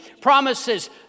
Promises